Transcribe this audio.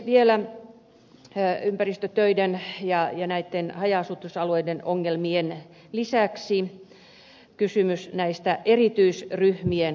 vielä ympäristötöiden ja näitten haja asutusalueiden ongelmien lisäksi kysymys erityisryhmien asumisesta